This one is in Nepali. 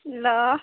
ल